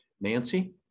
Nancy